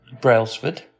Brailsford